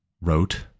wrote